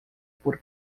por